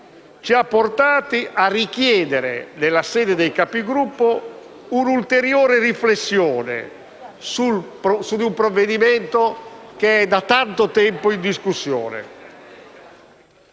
ci ha portati a richiedere nella sede dei Capigruppo un'ulteriore riflessione su un provvedimento che è da tanto tempo in discussione.